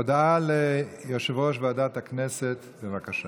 הודעה ליושב-ראש ועדת הכנסת, בבקשה.